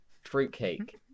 fruitcake